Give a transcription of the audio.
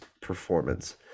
performance